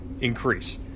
increase